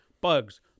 bugs